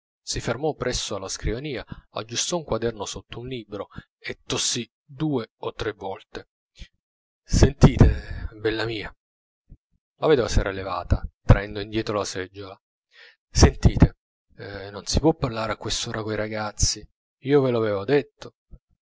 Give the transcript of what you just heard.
si fermò presso alla scrivania aggiustò un quaderno sotto un libro e tossì due o tre volte sentite bella mia la vedova s'era levata traendo indietro la seggiola sentite non si può parlare a quest'ora coi ragazzi io ve lo avevo detto